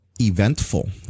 eventful